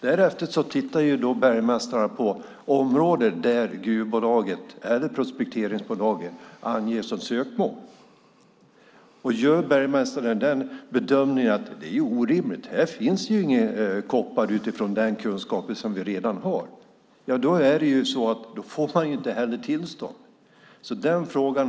Därefter tittar bergmästaren på det område som gruvbolaget eller prospekteringsbolaget anger som sökmål. Om bergmästaren utifrån sin kunskap gör bedömningen att det inte finns någon koppar där får man inte heller tillstånd.